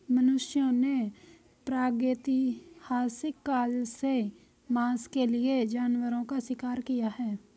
मनुष्यों ने प्रागैतिहासिक काल से मांस के लिए जानवरों का शिकार किया है